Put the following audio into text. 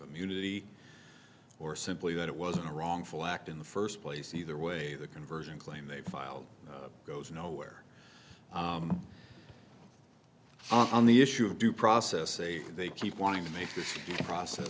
immunity or simply that it was a wrongful act in the first place either way the conversion claim they filed goes nowhere on the issue of due process a they keep wanting to make the process